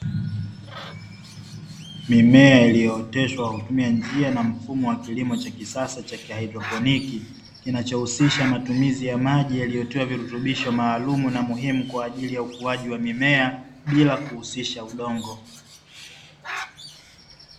Mimea ilioteshwa kwa kutumia njia na mfumo wa kilimo cha kisasa cha kihydroponiki, kinachohusisha matumizi ya maji yanayotoa virutubisho maalum na muhimu kwaajili ya ukuaji wa mimea bila kuhusisha udongo.